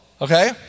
okay